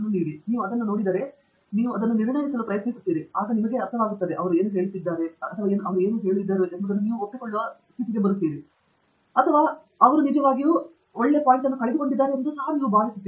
ಆದ್ದರಿಂದ ನೀವು ಅದನ್ನು ನೋಡಿದರೆ ನೀವು ಅದನ್ನು ನಿರ್ಣಯಿಸಲು ಪ್ರಯತ್ನಿಸುತ್ತೀರಿ ಮತ್ತು ಅದು ನಿಮಗೆ ಅರ್ಥವಾಗುತ್ತದೆಯೇ ಎಂದು ಅವರು ಹೇಳುತ್ತಾರೆ ಅವರು ಏನು ಹೇಳುತ್ತಿದ್ದಾರೆಂಬುದನ್ನು ನೀವು ಒಪ್ಪಿಕೊಳ್ಳುತ್ತೀರಾ ಅಥವಾ ಅವರು ನಿಜವಾಗಿಯೂ ಪಾಯಿಂಟ್ ಅನ್ನು ಕಳೆದುಕೊಂಡಿದ್ದಾರೆ ಎಂದು ನೀವು ಭಾವಿಸುತ್ತೀರಿ